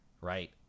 right